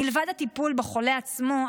מלבד הטיפול בחולה עצמו,